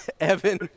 Evan